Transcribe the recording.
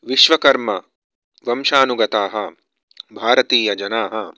विश्वकर्मवंशानुगताः भारतीयजनाः